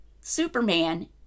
Superman